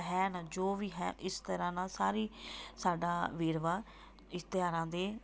ਹੈ ਨਾ ਜੋ ਵੀ ਹੈ ਇਸ ਤਰ੍ਹਾਂ ਨਾਲ ਸਾਰੀ ਸਾਡਾ ਵੇਰਵਾ ਇਸ਼ਤਿਹਾਰਾਂ ਦੇ